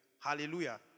Hallelujah